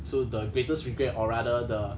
so the greatest regret or rather the